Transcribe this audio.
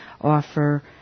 offer